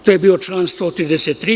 To je bio član 133.